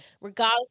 Regardless